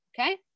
Okay